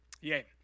Yay